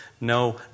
no